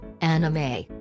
anime